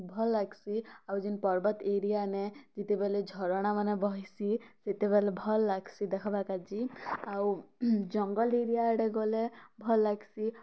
ଭଲ୍ ଲାଗ୍ସି ଆଉ ଯେନ୍ ପର୍ବତ୍ ଏରିଆନେ ଯେତେବେଲେ ଝର୍ଣା ମାନେ ବହେସି ସେତେବେଲେ ଭଲ୍ ଲାଗ୍ସି ଦେଖ୍ବାକେ ଯେ ଆଉ ଜଙ୍ଗଲ୍ ଏରିଆ ଆଡ଼େ ଗଲେ ଭଲ୍ ଲାଗ୍ସି